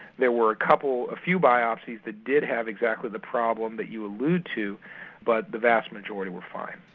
there were a couple, a few biopsies that did have exactly the problem that you allude to but the vast majority were fine.